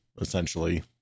essentially